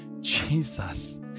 Jesus